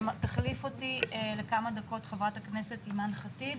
תחליף אותי לכמה דקות חברת הכנסת אימאן ח'טיב,